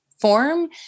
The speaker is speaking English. form